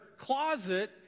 closet